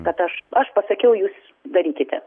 bet aš aš pasakiau jūs darykite